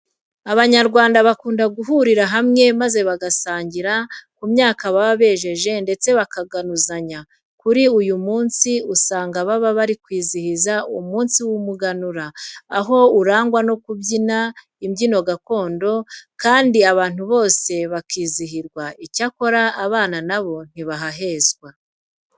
Abanyarwanda bakunda guhurira hamwe maze bagasangira ku myaka baba bejeje ndetse bakaganuzanya. Kuri uyu munsi, usanga baba bari kwizihiza umunsi w'umuganura, aho urangwa no kubyina imbyino gakondo kandi abantu bose bakizihirwa. Icyakora abana na bo ntibahezwa.